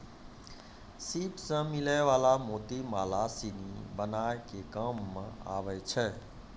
सिप सें मिलै वला मोती माला सिनी बनाय के काम में आबै छै